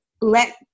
let